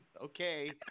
Okay